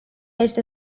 este